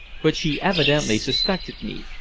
but she evidently suspected me,